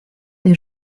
des